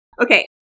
Okay